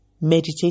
Meditate